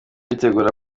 yitegura